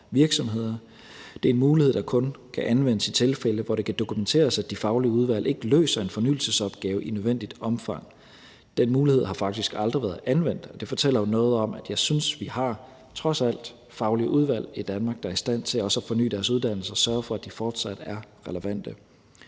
Det er en mulighed, der kun kan anvendes i tilfælde, hvor det kan dokumenteres, at de faglige udvalg ikke løser en fornyelsesopgave i nødvendigt omfang. Den mulighed har faktisk aldrig været anvendt, og det fortæller jo noget om, synes jeg, at vi trods alt har faglige udvalg i Danmark, der er i stand til også at forny deres uddannelser og sørge for, at de fortsat er relevante.